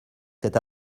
cet